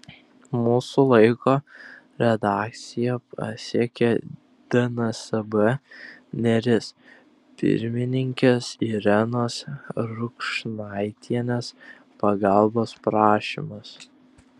mūsų laiko redakciją pasiekė dnsb neris pirmininkės irenos rukšnaitienės pagalbos prašymas